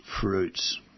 fruits